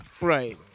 Right